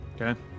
Okay